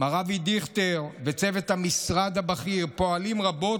מר אבי דיכטר, וצוות המשרד הבכיר פועלים רבות